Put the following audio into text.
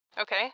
okay